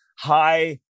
high